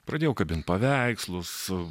pradėjau kabint paveikslus